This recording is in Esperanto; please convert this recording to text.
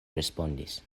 respondis